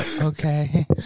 okay